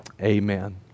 amen